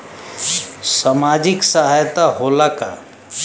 सामाजिक सहायता होला का?